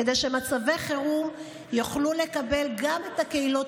כדי שבמצבי חירום יוכלו לקבל גם קהילות